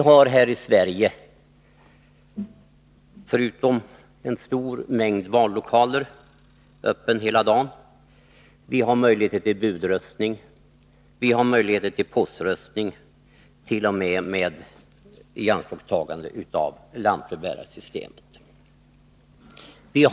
Förutom att vi har en stor mängd vallokaler, som är öppna hela dagen, har vi möjligheter till budröstning och till poströstning, t.o.m. med ianspråktagande av lantbrevbärarsystemet.